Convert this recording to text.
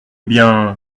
bien